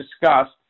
discussed